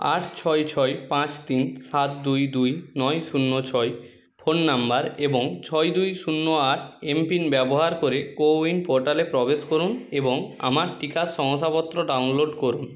আট ছয় ছয় পাঁচ তিন সাত দুই দুই নয় শূন্য ছয় ফোন নম্বর এবং ছয় দুই শূন্য আট এমপিন ব্যবহার করে কো উইন পোর্টালে প্রবেশ করুন এবং আমার টিকার শংসাপত্র ডাউনলোড করুন